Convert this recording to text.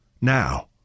Now